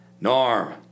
Norm